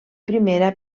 primera